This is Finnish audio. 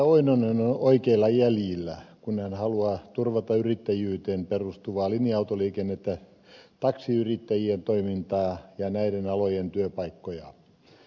oinonen on oikeilla jäljillä kun hän haluaa turvata yrittäjyyteen perustuvaa linja autoliikennettä taksiyrittäjien toimintaa ja näiden alojen työpaikkoja